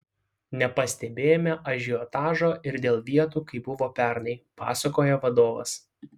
nepastebėjome ažiotažo ir dėl vietų kaip buvo pernai pasakojo vadovas